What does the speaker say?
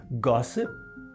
Gossip